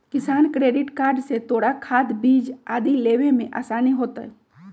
किसान credit card से तोरा खाद, बीज आदि लेवे में आसानी होतउ